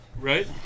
Right